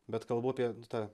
bet kalbu apie tą